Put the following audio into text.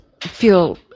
feel